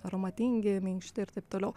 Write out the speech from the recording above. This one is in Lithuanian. aromatingi minkšti ir taip toliau